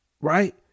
right